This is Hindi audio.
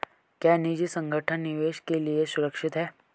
क्या निजी संगठन निवेश के लिए सुरक्षित हैं?